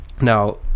Now